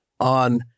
on